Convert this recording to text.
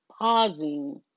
pausing